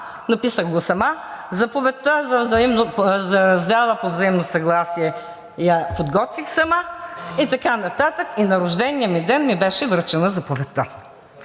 написах сама заповедта за раздяла по взаимно съгласие, подготвих я сама и така нататък. На рождения ми ден ми беше връчена заповедта.